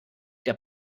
der